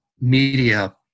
media